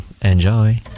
Enjoy